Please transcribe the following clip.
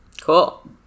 Cool